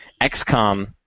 XCOM